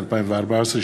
הערביות,